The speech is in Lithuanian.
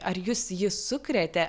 ar jus jį sukrėtė